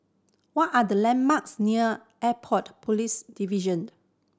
what are the landmarks near Airport Police Division